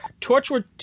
Torchwood